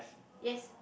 yes